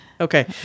Okay